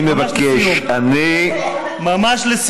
חבר הכנסת אוחנה, אני מבקש ממך.